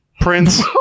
Prince